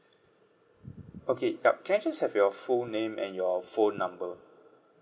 okay yup can I just have your full name and your phone number